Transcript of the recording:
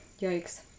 Yikes